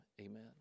amen